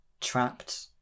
trapped